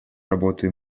работу